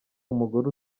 umugore